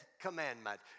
commandment